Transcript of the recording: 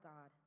God